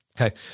okay